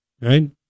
Right